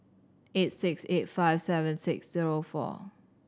eight six eight five seven six zero four